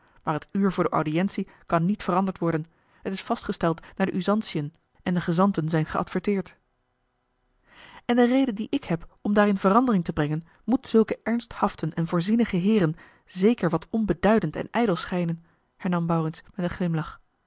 maar het uur voor de audiëntie kan niet veranderd worden het is vastgesteld naar de usantiën en de gezanten zijn geadverteerd en de reden die ik heb om daarin verandering te brengen moet zulken ernsthaften en voorzienigen heeren zeker wat onbeduidend en ijdel schijnen hernam maurits met een glimlach